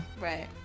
Right